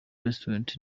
restaurant